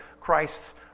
Christ's